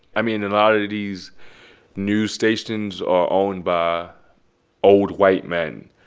i mean and a lot of these news stations are owned by old white men.